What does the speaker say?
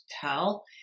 tell